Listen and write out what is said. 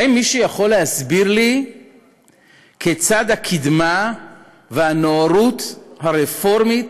האם מישהו יכול להסביר לי כיצד הקדמה והנאורות הרפורמית,